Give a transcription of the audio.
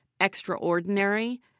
extraordinary